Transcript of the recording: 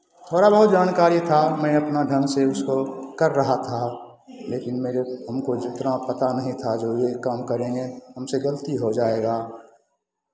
थोड़ा बहुत जानकारी था मैं अपना ढंग से उसको कर रहा था लेकिन मेरे हमको जितना पता नहीं था जो ये काम करेंगे हमसे गलती हो जाएगा